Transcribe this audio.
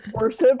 worship